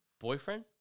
boyfriend